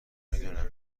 میدونم